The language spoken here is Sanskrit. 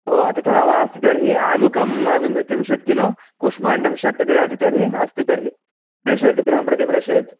ओ तथा वा अस्तु तर्हि आलुकं त्रिंशत् किलो कूष्माण्डं षट् ददातु तर्हि अस्तु तर्हि प्रेषयतु गृहं प्रति प्रेषयतु